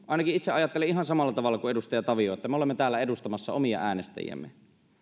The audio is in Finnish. ainakin itse ajattelen ihan samalla tavalla kuin edustaja tavio että me olemme täällä edustamassa omia äänestäjiämme